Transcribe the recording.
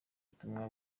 ubutumwa